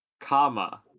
Comma